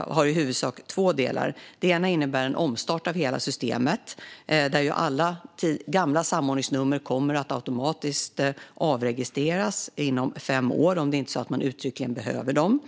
har i huvudsak två delar. Den ena innebär en omstart av hela systemet där alla gamla samordningsnummer kommer att automatiskt avregistreras inom fem år om det inte är så att man uttryckligen behöver dem.